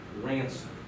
ransom